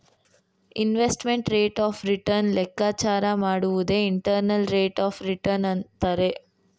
investment rate of return ಲೆಕ್ಕಾಚಾರ ಮಾಡುವುದೇ internal rate of return ಅಂತರೆ